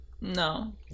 No